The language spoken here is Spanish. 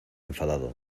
enfadado